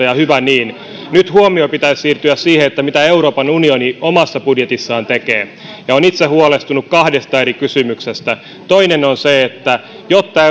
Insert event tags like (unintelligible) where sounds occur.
(unintelligible) ja hyvä niin nyt huomion pitäisi siirtyä siihen mitä euroopan unioni omassa budjetissaan tekee ja olen itse huolestunut kahdesta eri kysymyksestä toinen on se että jotta (unintelligible)